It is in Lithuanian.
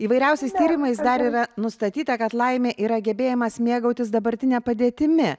įvairiausiais tyrimais dar yra nustatyta kad laimė yra gebėjimas mėgautis dabartine padėtimi